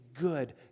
good